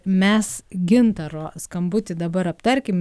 mes gintaro skambutį dabar aptarkim